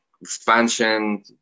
expansion